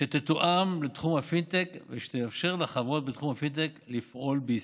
שתתואם לתחום הפינטק ושתאפשר לחברות בתחום הפינטק לפעול בישראל.